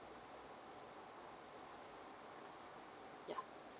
yeah